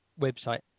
website